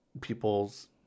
people's